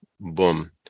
boom